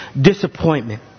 disappointment